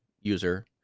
user